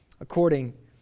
according